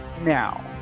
Now